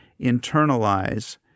internalize